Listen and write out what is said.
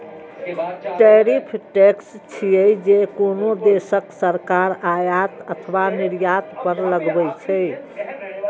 tariff tax छियै, जे कोनो देशक सरकार आयात अथवा निर्यात पर लगबै छै